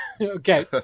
Okay